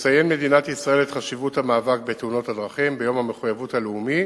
תציין מדינת ישראל את חשיבות המאבק בתאונות הדרכים ביום המחויבות הלאומי